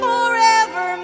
Forever